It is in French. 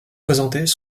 présentés